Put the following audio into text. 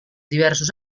diversos